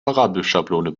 parabelschablone